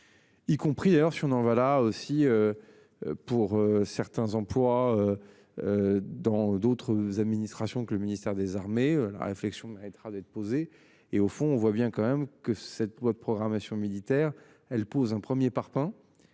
Y compris d'ailleurs si on on va là aussi. Pour certains emplois. Dans d'autres administrations que le ministère des Armées. La réflexion méritera d'être posé. Et au fond, on voit bien quand même que cette loi de programmation militaire elle pose un 1er parpaing